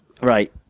right